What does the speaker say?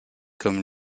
comme